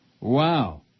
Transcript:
Wow